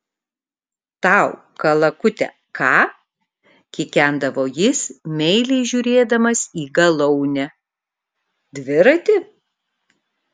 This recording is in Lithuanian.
tau kalakute ką kikendavo jis meiliai žiūrėdamas į galaunę dviratį